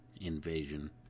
invasion